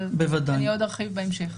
אבל אני עוד ארחיב בהמשך.